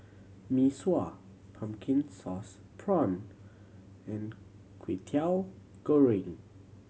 Mee Sua pumpkin sauce prawn and Kwetiau Goreng